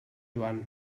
joan